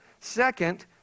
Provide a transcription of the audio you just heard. Second